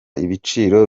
ibiciro